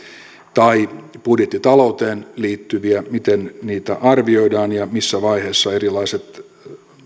tai budjettitalouteen liittyviä arvioidaan ja missä vaiheessa erilaiset